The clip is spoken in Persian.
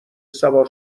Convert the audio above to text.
سوار